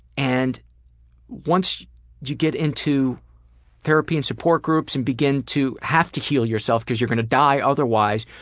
and once you get into therapy and support groups and begin to have to heal yourself cause you're gonna die otherwise,